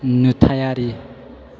नुथायारि